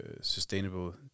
sustainable